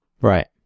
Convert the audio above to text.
Right